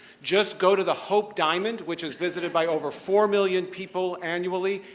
just go to the hope diamond, which is visited by over four million people annually,